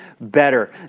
better